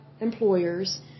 employers